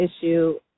issue